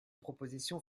propositions